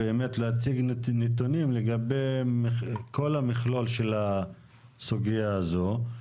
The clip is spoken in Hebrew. באמת להציג נתונים לגבי כל המכלול של הסוגיה הזאת.